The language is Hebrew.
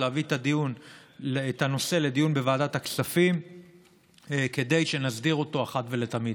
להביא את הנושא לדיון בוועדת הכספים כדי שנסדיר אותו אחת ולתמיד.